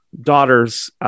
daughters